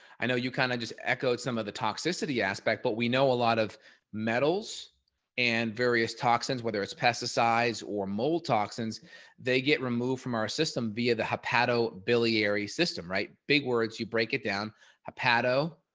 i know you kind of just echoed some of the toxicity aspect, but we know a lot of metals and various toxins, whether it's pesticides or mold toxins that they get removed from our system via the hepatic biliary system, right big words, you break it down a pedo,